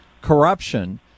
corruption